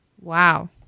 Wow